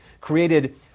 created